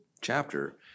chapter